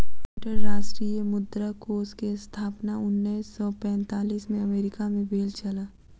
अंतर्राष्ट्रीय मुद्रा कोष के स्थापना उन्नैस सौ पैंतालीस में अमेरिका मे भेल छल